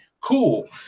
Cool